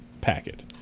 packet